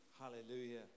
Hallelujah